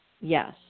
yes